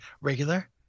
regular